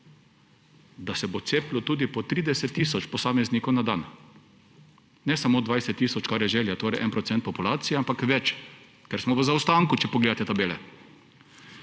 da se bo cepilo tudi po 30 tisoč posameznikov na dan, ne samo 20 tisoč, kar je želja, torej 1 % populacije, ampak več, ker smo v zaostanku, če pogledate tabele.